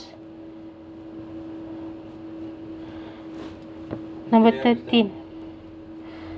number thirteen